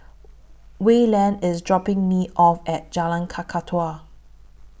Wayland IS dropping Me off At Jalan Kakatua